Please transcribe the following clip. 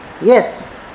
Yes